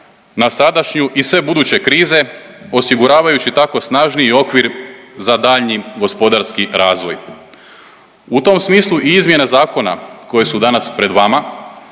na sadašnju i sve buduće krize, osiguravajući tako snažniji okvir za daljnji gospodarski razvoj. U tom smislu i izmjene zakona koje su danas pred vama